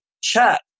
chat